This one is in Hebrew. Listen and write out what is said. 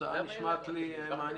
ההצעה נשמעת לי מעניינת.